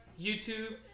YouTube